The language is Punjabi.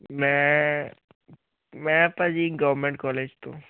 ਮੈਂ ਮੈਂ ਭਾਅ ਜੀ ਗੌਮੈਂਟ ਕੋਲਜ ਤੋਂ